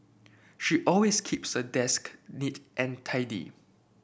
she always keeps her desk neat and tidy